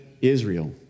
Israel